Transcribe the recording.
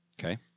Okay